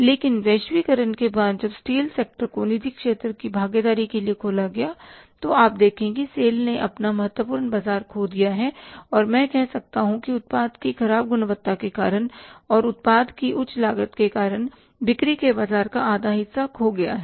लेकिन वैश्वीकरण के बाद जब स्टील सेक्टर को निजी क्षेत्र की भागीदारी के लिए खोला गया तो आप देखें कि सेल ने अपना महत्वपूर्ण बाजार खो दिया है और मैं कह सकता हूं कि उत्पाद की खराब गुणवत्ता के कारण और उत्पाद की उच्च लागत के कारण बिक्री के बाजार का आधा हिस्सा खो गया है